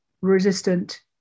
resistant